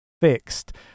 fixed